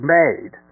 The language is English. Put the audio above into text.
made